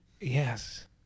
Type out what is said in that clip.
yes